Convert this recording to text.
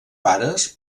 pares